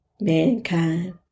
mankind